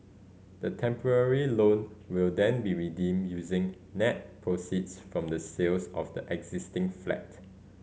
the temporary loan will then be redeemed using net proceeds from the sales of the existing flat